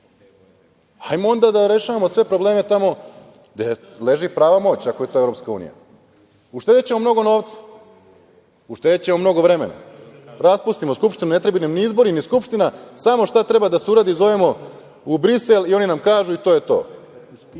onda da rešavamo sve probleme tamo gde leži prava moć, ako je to Evropska Unija. Uštedećemo mnogo novca, uštedećemo mnogo vremena, raspustimo Skupštinu, ne trebaju nam ni izbori, ni Skupština, samo šta treba da se uradi zovemo u Brisel i oni nam kažu i to je to.